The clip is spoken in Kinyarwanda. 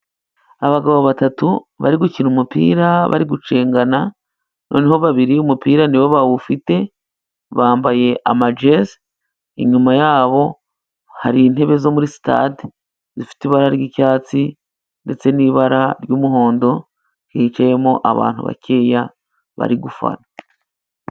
Abagabo batatu bari gukina umupira bari gucengana, noneho babiri umupira ni bo bawufite bambaye ama jezi, inyuma yabo hari intebe zo muri stade zifite ibara ry'icyatsi ndetse n'ibara ry'umuhondo, hicayemo abantu bakeya bari gufana.